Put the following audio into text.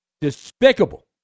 despicable